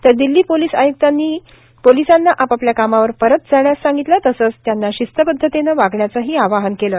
तर दिल्ली पोलीस आयुक्तांनी पोलिसांना आपापल्या कामावर परत जाण्यास सांगितले तसंच त्यांना शिस्तबद्धतेनं वागण्याचही आवाहन केलं